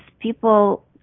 people